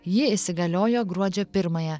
ji įsigaliojo gruodžio pirmąją